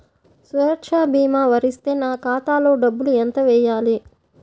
సురక్ష భీమా వర్తిస్తే నా ఖాతాలో డబ్బులు ఎంత వేయాలి?